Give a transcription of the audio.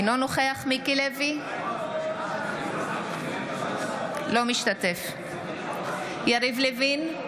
אינו נוכח מיקי לוי, אינו משתתף בהצבעה יריב לוין,